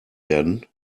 werden